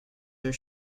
are